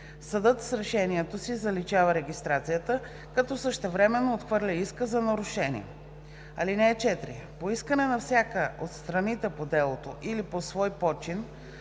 съдът с решението си заличава регистрацията, като същевременно отхвърля иска за нарушение. (4) По искане на всяка от страните по делото или по свой почин,